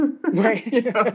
Right